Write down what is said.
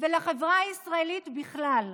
ולחברה הישראלית בכלל.